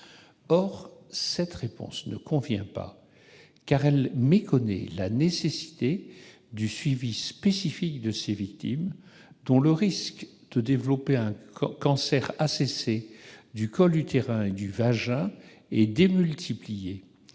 Or cette réponse ne convient pas, car elle méconnaît la nécessité du suivi spécifique de ces victimes, dont le risque de développer un cancer ACC du col utérin et du vagin est démultiplié.